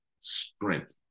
strength